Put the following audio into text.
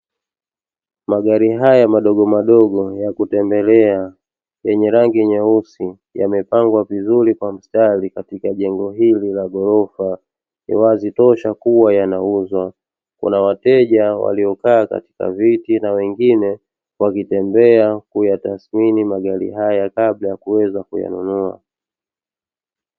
Magari haya madogomadogo ya kutembelea yenye rangi nyeusi, yamepangwa vizuri kwa mstari katika jengo hili la ghorofa; ni wazi tosha kuwa yanauzwa. Kuna wateja waliokaa katika viti na wengine wakitembea, kuyatathmini magari haya kabla ya kuweza kuyanunua.